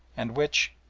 and which,